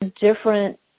different